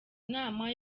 inama